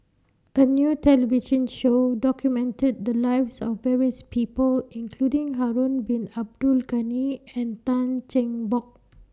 A New television Show documented The Lives of various People including Harun Bin Abdul Ghani and Tan Cheng Bock